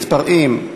מתפרעים,